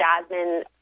jasmine